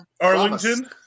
Arlington